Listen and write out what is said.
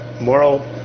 moral